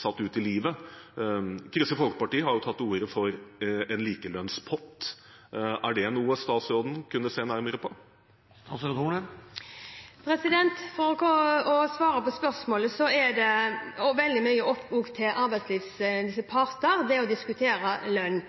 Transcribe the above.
satt ut i livet? Kristelig Folkeparti har tatt til orde for en likelønnspott. Er det noe statsråden kunne se nærmere på? For å svare på spørsmålet: Det er også veldig mye opp til arbeidslivets parter å diskutere lønn.